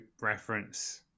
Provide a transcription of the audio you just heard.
reference